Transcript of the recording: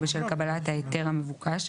זה עוד מוקש בסדרת המוקשים שאתה פורס פה.